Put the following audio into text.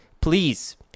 please